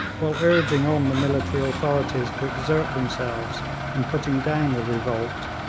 while urging on the military authorities to exert themselves in putting down the revolt,